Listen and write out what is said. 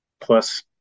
plus